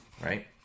Right